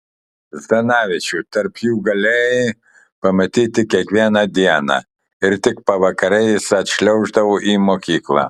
zdanavičių tarp jų galėjai pamatyti kiekvieną dieną ir tik pavakare jis atšliauždavo į mokyklą